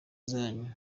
zanyu